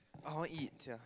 I want eat sia